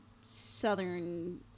southern